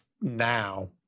now